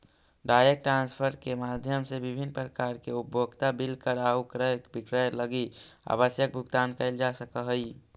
direct transfer के माध्यम से विभिन्न प्रकार के उपभोक्ता बिल कर आउ क्रय विक्रय लगी आवश्यक भुगतान कैल जा सकऽ हइ